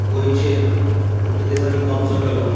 गोंयेचर पुर्तुगेजांनी कब्जो केलो